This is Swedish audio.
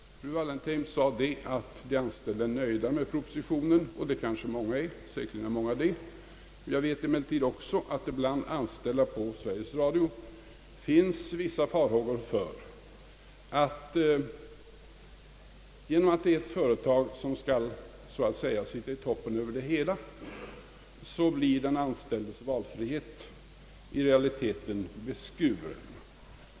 Fru Wallentheim sade att de anställda är nöjda med propositionen. Säkerligen är många det, men jag vet också att man bland de anställda på Sveriges Radio hyser vissa farhågor för att den anställdes valfrihet i realiteten blir beskuren.